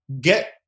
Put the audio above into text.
Get